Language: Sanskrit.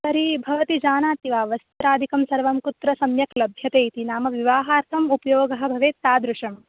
तर्हि भवती जानाति वा वस्त्रादिकं सर्वं कुत्र सम्यक् लभ्यते इति नाम विवाहार्थम् उपयोगः भवेत् तादृशम्